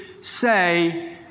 say